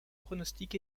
pronostic